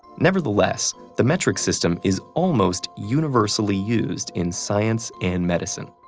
nevertheless, the metric system is almost universally used in science and medicine,